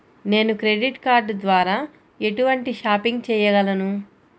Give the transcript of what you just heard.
నేను credit card ద్వార ఎటువంటి షాపింగ్ చెయ్యగలను?